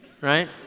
right